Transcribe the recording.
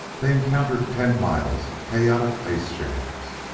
they encountered ten miles of chaotic ice-jams,